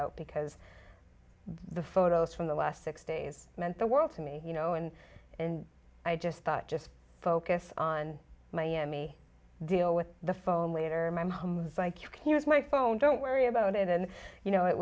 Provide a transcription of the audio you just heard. out because the photos from the last six days meant the world to me you know and and i just thought just focus on miami deal with the phone later my mom was like you can use my phone don't worry about it and you know it